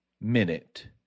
minute